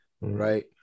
right